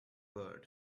bird